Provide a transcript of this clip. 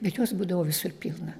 ir jos būdavo visur pilna